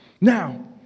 Now